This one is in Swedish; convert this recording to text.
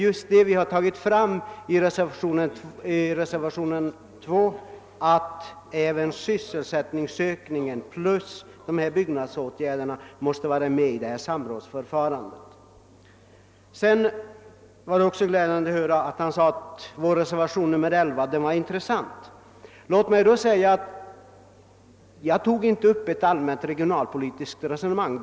I reservationen 2 understryker vi att just sysselsättningsökningen jämte byggnadsåtgärderna måste tas med i samrådsförfarandet. Det var också glädjande att höra herr Haglund säga att vår reservation 11 är intressant. Låt mig understryka att jag inte tog upp ett allmänt regionalpolitiskt resonemang.